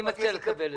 אני מציע לקבל את